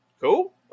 cool